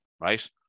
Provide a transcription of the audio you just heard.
right